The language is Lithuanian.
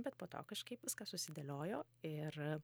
bet po to kažkaip viskas susidėliojo ir